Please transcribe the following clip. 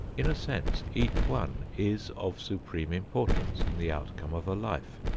in a sense, each one is of supreme importance in the outcome of a life.